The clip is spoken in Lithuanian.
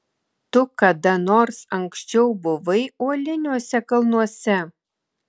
tu kada nors anksčiau buvai uoliniuose kalnuose